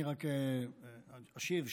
אני רק אני אשיב שהפוך,